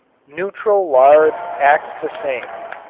neutral lard acts the same.